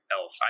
elf